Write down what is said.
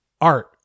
art